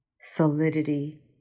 solidity